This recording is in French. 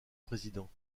président